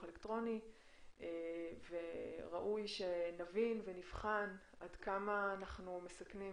אלקטרוני וראוי שנבין ונבחן עד כמה אנחנו מסכנים